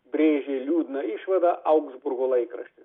brėžė liūdną išvadą augsburgo laikraštį